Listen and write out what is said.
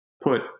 put